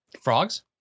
Frogs